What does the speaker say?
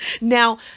now